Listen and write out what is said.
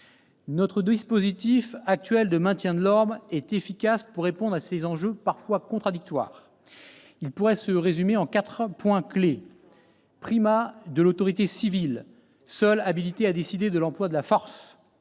Notre dispositif actuel de maintien de l'ordre est efficace pour répondre à ces enjeux parfois contradictoires. Il pourrait se résumer en quatre points clés : primat de l'autorité civile, seule habilitée à décider de l'emploi de la force